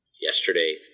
Yesterday